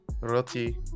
Roti